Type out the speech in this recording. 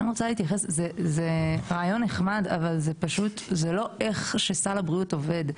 זה רעיון נחמד, אבל לא ככה סל הבריאות עובד.